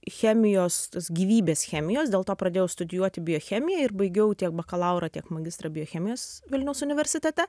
chemijos gyvybės chemijos dėl to pradėjau studijuoti biochemiją ir baigiau tiek bakalaurą tiek magistrą biochemijos vilniaus universitete